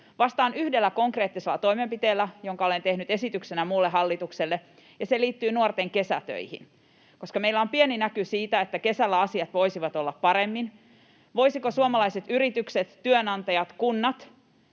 Vastaan yhdellä konkreettisella toimenpiteellä, jonka olen tehnyt esityksenä muulle hallitukselle, ja se liittyy nuorten kesätöihin. Koska meillä on pieni näky siitä, että kesällä asiat voisivat olla paremmin, voisivatko suomalaiset yritykset, työnantajat, kunnat